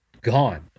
gone